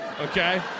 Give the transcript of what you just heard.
okay